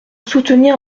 soutenir